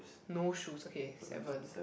no shoes okay seven